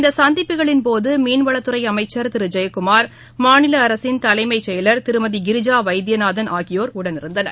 இந்த சந்திப்புகளின் போது மீன்வளத்துறை அமைச்சர் திரு ஜெயக்குமார் மாநில அரசின் தலைமைச் செயலர் திருமதி கிரிஜா வைத்தியநாதன் ஆகியோர் உடனிருந்தனர்